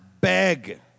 beg